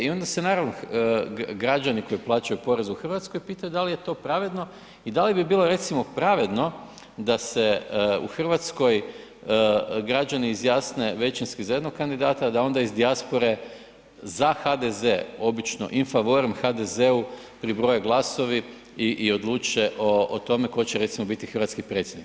I onda se naravno građani koji plaćaju porez u Hrvatskoj pitaju da li je to pravedno i da li bi bilo recimo pravedno da se u Hrvatskoj građani izjasne većinski za jednog kandidata da onda iz dijaspore za HDZ obično in favorem HDZ-u pribroje glasovi i odluče o tome tko će recimo biti hrvatski predsjednik.